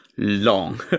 long